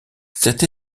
cet